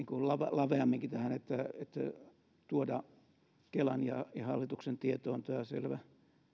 laveamminkin tähän niin että tuodaan kelan ja hallituksen tietoon tämä selvä